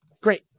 Great